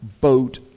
boat